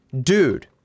Dude